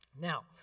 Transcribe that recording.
Now